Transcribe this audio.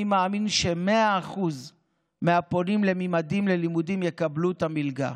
אני מאמין ש-100% של הפונים לממדים ללימודים יקבלו את המלגה,